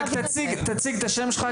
רק תציג את השם שלך.